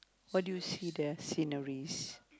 what did you see there are sceneries